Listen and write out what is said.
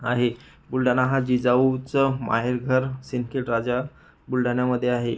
आहे बुलढाणा हा जिजाऊचं माहेरघर सिंदखेड राजा बुलढाण्यामध्ये आहे